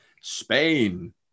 Spain